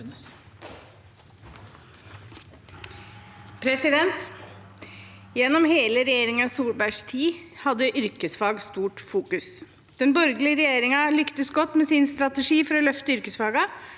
Gjennom hele re- gjeringen Solbergs tid hadde yrkesfag stort fokus. Den borgerlige regjeringen lyktes godt med sin strategi for å løfte yrkesfagene;